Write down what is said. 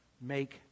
Make